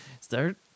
Start